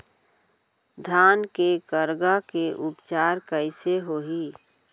धान के करगा के उपचार कइसे होही?